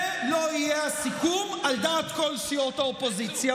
לא יהיה הסיכום על דעת כל סיעות האופוזיציה.